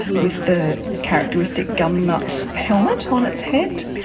with the characteristic gumnut helmet on its head,